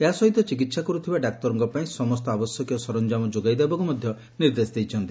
ଏହା ସହିତ ଚିକିହା କରୁଥିବା ଡାକ୍ତରଙ୍କ ପାଇଁ ସମସ୍ତ ଆବଶ୍ୟକୀୟ ସରଞ୍ଞାମ ଯୋଗାଇ ଦେବାକୁ ମଧ ନିର୍ଦ୍ଦେଶ ଦେଇଛନ୍ତି